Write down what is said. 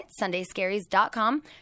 sundayscaries.com